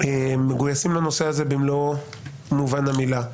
מגויסים לנושא הזה במלוא מובן המילה.